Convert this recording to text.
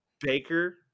Baker